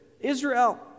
Israel